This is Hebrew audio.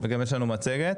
יש לנו גם מצגת.